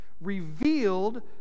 Revealed